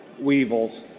weevils